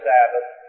Sabbath